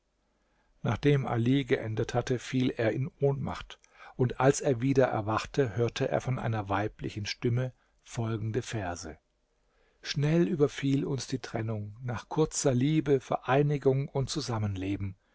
nachdem ali geendet hatte fiel er in ohnmacht und als er wieder erwachte hörte er von einer weiblichen stimme folgende verse schnell überfiel uns die trennung nach kurzer liebe vereinigung und zusammenleben